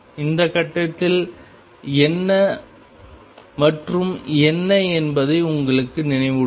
இந்த கட்டத்தில் என்ன மற்றும் என்ன என்பதை உங்களுக்கு நினைவூட்டுகிறேன்